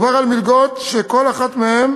מדובר במלגות שכל אחת מהן